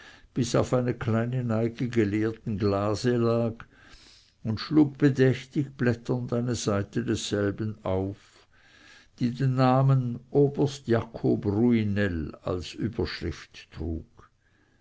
bis auf eine kleine neige geleerten kelchglase lag und schlug bedächtig blätternd eine seite desselben auf die den namen oberst jakob ruinell als überschrift trug